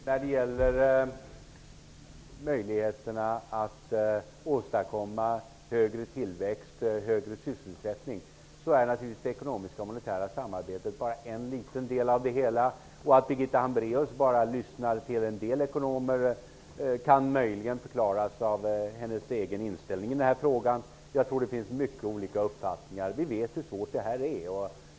Herr talman! När det gäller möjligheterna att åstadkomma högre tillväxt och högre sysselsättning, är det ekonomiska monetära samarbetet naturligtvis bara en liten del av det hela. Att Birgitta Hambraeus bara lyssnar till en del ekonomer kan möjligen förklaras av hennes egen inställning i den här frågan. Jag tror att det finns mycket olika uppfattningar. Vi vet hur svår den här frågan är.